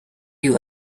you